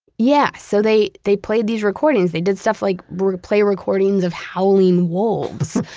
yeah so they they played these recordings. they did stuff like play recordings of howling wolves,